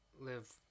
live